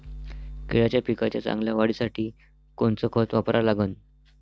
केळाच्या पिकाच्या चांगल्या वाढीसाठी कोनचं खत वापरा लागन?